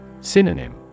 Synonym